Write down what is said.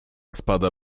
spada